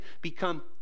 become